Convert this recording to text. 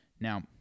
Now